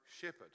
shepherd